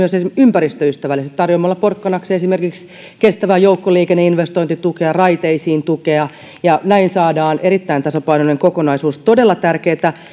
ja tehdä se myös esimerkiksi ympäristöystävällisesti tarjoamalla porkkanaksi esimerkiksi kestävän joukkoliikenteen investointitukea raiteisiin tukea ja näin saadaan erittäin tasapainoinen kokonaisuus todella tärkeätä